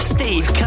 Steve